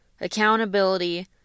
accountability